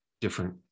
different